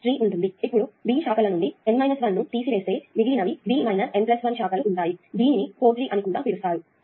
ఇప్పుడు B శాఖల నుండి N 1 ను తీసివేస్తే మిగిలినవి B N 1 శాఖలు ఉంటాయి దీనిని కో ట్రీ అని కూడా పిలుస్తారు